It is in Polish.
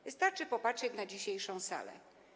Wystarczy popatrzeć na dzisiejszą salę.